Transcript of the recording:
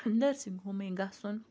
nursing ہومے گَژھُن